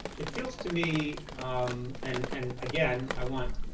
it feels to me um and and again, i want,